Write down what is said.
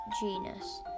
genus